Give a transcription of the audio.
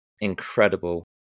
incredible